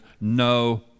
no